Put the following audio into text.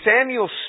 Samuel